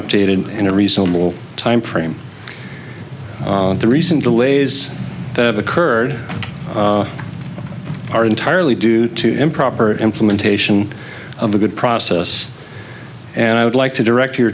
updated in a reasonable timeframe the recent delays that occurred are entirely due to improper implementation of a good process and i would like to direct your